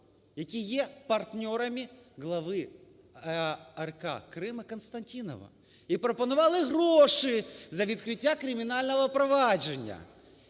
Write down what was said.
які є партнерами глави АРК Крима Костянтинова, і пропонували гроші за відкриття кримінального провадження,